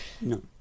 No